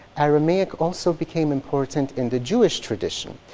aramaic also became important in the jewish tradition.